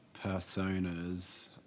personas